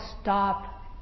stop